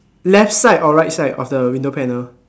left side or right side of the window panel